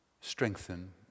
strengthen